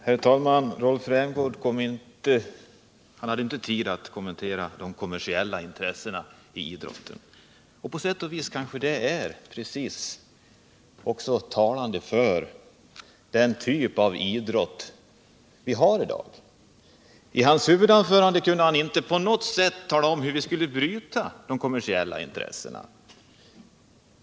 Herr talman! Rolf Rämgård hade inte tid att kommentera de kommersiella intressena i idrotten. På sätt och vis är det talande. I sitt huvudanförande kunde han inte på något sätt tala om hur vi skall bryta de kommersiella intressena.